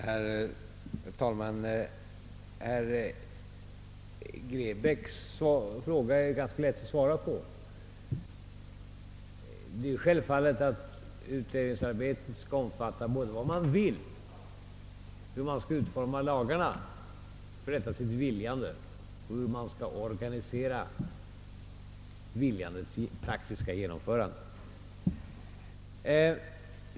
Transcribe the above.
Herr talman! Herr Grebäcks fråga är ganska lätt att besvara. Det är självklart att utredningsarbetet skall omfatta både vad man vill, hur lagarna skall utformas för detta viljande och hur viljandets praktiska genomförande skall organiseras.